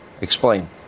Explain